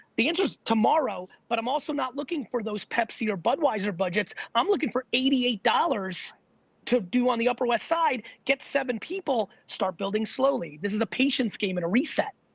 the answer is tomorrow but i'm also not looking for those pepsi or budweiser budgets, i'm looking for eighty eight dollars to do on the upper west side, get seven people, start building slowly. this is a patience game and a reset.